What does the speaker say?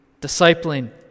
discipling